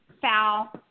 foul